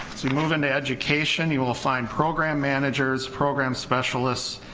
we move into education you will find program managers, program specialists,